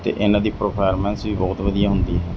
ਅਤੇ ਇਹਨਾਂ ਦੀ ਪਰਫਾਰਮੈਂਸ ਵੀ ਬਹੁਤ ਵਧੀਆ ਹੁੰਦੀ ਹੈ